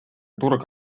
turg